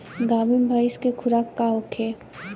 गाभिन भैंस के खुराक का होखे?